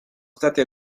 stati